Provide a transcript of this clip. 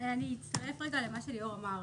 אצטרף אל מה שליאור אמר.